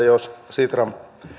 jos sitran